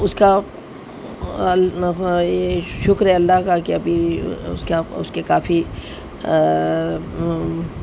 اس کا یہ شکر ہے اللہ کا کہ ابھی اس کا اس کے کافی